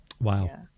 Wow